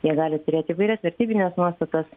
jie gali turėt įvairias vertybines nuostatas